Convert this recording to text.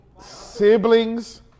Siblings